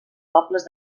pobles